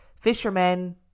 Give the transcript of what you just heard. fishermen